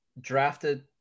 drafted